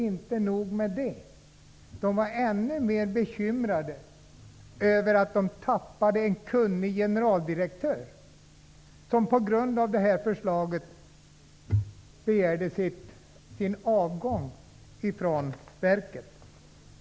Inte nog med det; de var ännu mer bekymrade över att de tappade en kunnig generaldirektör som på grund av förslaget begärde sin avgång från verket.